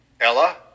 Ella